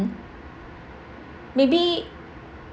may be